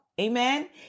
Amen